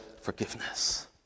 forgiveness